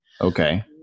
Okay